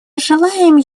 желаем